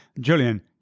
Julian